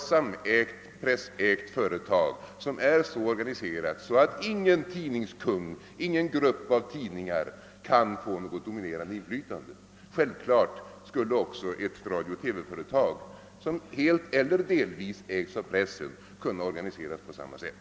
Detta företag är samägt av pressen och det är så organiserat, att ingen tidningskung, ingen grupp av tidningar kan få något dominerande inflytande. Självfallet skulle också ett radiooch TV-företag, som helt eller delvis ägs av pressen, kunna organiseras på samma sätt.